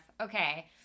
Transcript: okay